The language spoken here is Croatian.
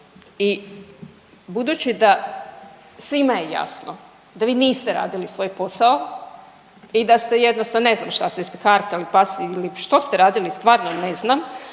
I budući da svima je jasno da vi niste radili svoj posao i da ste jednostavno, ne znam šta ste kartali ili što ste radili stvarno ne znam,